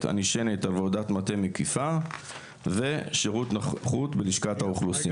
הנשענת על עבודת מטה מקיפה ושירות נחות בלשכת האוכלוסין.